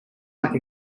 like